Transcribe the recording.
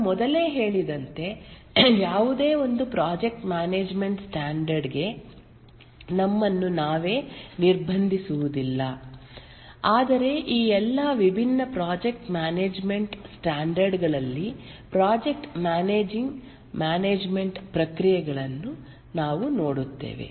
ನಾನು ಮೊದಲೇ ಹೇಳಿದಂತೆ ಯಾವುದೇ ಒಂದು ಪ್ರಾಜೆಕ್ಟ್ ಮ್ಯಾನೇಜ್ಮೆಂಟ್ ಸ್ಟ್ಯಾಂಡರ್ಡ್ಗೆ ನಮ್ಮನ್ನು ನಾವೇ ನಿರ್ಬಂಧಿಸುವುದಿಲ್ಲ ಆದರೆ ಈ ಎಲ್ಲಾ ವಿಭಿನ್ನ ಪ್ರಾಜೆಕ್ಟ್ ಮ್ಯಾನೇಜ್ಮೆಂಟ್ ಸ್ಟ್ಯಾಂಡರ್ಡ್ ಗಳಲ್ಲಿ ಪ್ರಾಜೆಕ್ಟ್ ಮ್ಯಾನೇಜಿಂಗ್ ಮ್ಯಾನೇಜ್ಮೆಂಟ್ ಪ್ರಕ್ರಿಯೆಗಳನ್ನು ನಾವು ನೋಡುತ್ತೇವೆ